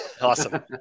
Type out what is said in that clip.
Awesome